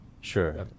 Sure